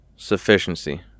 Sufficiency